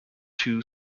two